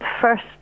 first